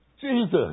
Jesus